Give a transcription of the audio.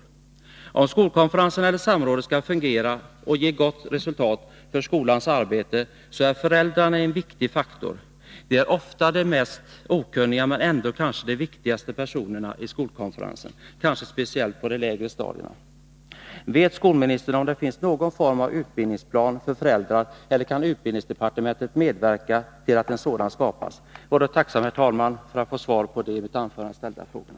För att skolkonferensen eller samrådet skall fungera och ge gott resultat Nr 153 för skolans arbete är föräldrarna en viktig faktor. De är ofta de mest Tisdagen den okunniga, men kanske ändå de viktigaste personerna i skolkonferensen. Det 24 maj 1983 gäller speciellt på de lägre stadierna. Vet skolministern om det finns någon form av utbildningsplan för föräldrarna? Om det inte finns det, kan utbildningsdepartementet då medverka till att en sådan skapas? Vore tacksam, herr talman, för att få svar på de i mitt anförande ställda frågorna.